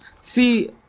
See